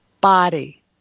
body